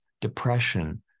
depression